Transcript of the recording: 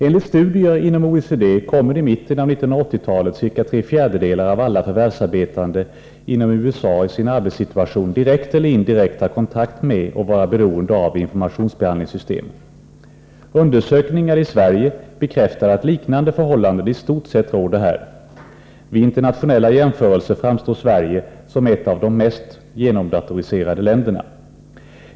Enligt studier inom OECD kommer i mitten av 1980-talet ca tre fjärdedelar av alla förvärvsarbetande inom USA i sin arbetssituation direkt eller indirekt att ha kontakt med och vara beroende av informationsbehandlingssystem. Undersökningar i Sverige bekräftar att liknande förhållanden i stort sett råder här. Vid internationella jämförelser framstår Sverige som ett av de mest genomdatoriserade länderna.